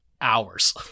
hours